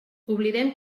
oblidem